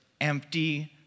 empty